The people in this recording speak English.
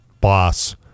boss